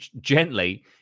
gently